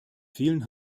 vielen